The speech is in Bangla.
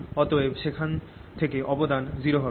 অতএব সেখান থেকে অবদান 0 হবে